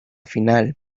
final